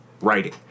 writing